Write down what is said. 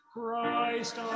Christ